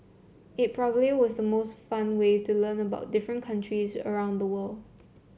it probably was the most fun way to learn about different countries around the world